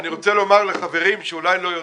אני רוצה לומר לחברים שאולי לא יודעים.